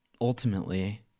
ultimately